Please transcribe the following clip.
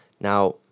Now